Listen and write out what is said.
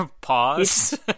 Pause